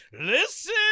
Listen